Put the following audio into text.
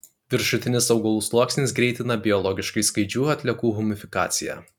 viršutinis augalų sluoksnis greitina biologiškai skaidžių atliekų humifikaciją